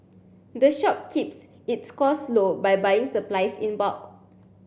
the shop keeps its costs low by buying supplies in bulk